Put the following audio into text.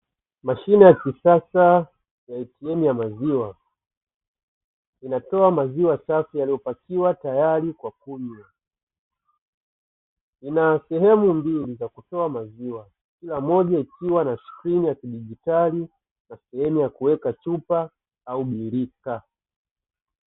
Mashine ya kisasa ya "ATM" ya maziwa yakitoa maziwa safi tayari kwa kununua Kuna sehemu mbili ya kutoa maziwa, ikiwa Moja Ina skirini ya kidigitali na sehemu ya kuweka chupa au birika.